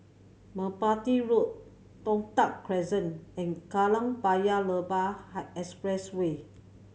Merpati Road Toh Tuck Crescent and Kallang Paya Lebar Expressway